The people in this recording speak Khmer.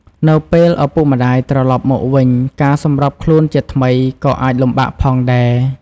នៅពេលឪពុកម្តាយត្រឡប់មកវិញ ការសម្របខ្លួនជាថ្មីក៏អាចលំបាកផងដែរ។